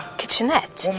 kitchenette